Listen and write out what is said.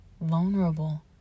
vulnerable